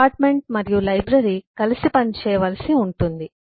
department మరియు library కలిసి పనిచేయవలసి ఉంటుంది